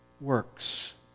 works